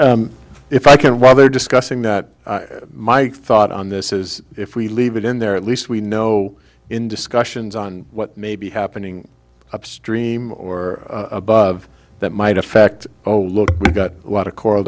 though if i can while they're discussing that my thought on this is if we leave it in there at least we know in discussions on what may be happening upstream or above that might affect oh look we've got a lot of coral